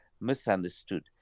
misunderstood